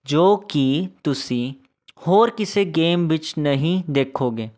ਜੋ ਕਿ ਤੁਸੀਂ ਹੋਰ ਕਿਸੇ ਗੇਮ ਵਿੱਚ ਨਹੀਂ ਦੇਖੋਗੇ